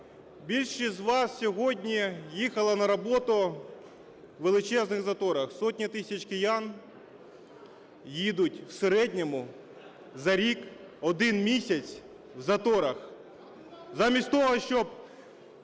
більшість з вас сьогодні їхала на роботу у величезних заторах. Сотні тисяч киян їдуть в середньому за рік 1 місяць в заторах, замість того щоб